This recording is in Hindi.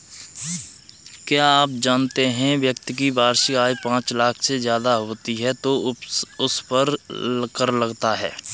क्या आप जानते है व्यक्ति की वार्षिक आय पांच लाख से ज़्यादा होती है तो उसपर कर लगता है?